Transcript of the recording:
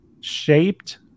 shaped